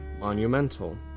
monumental